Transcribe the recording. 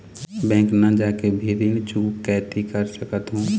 Bank न जाके भी ऋण चुकैती कर सकथों?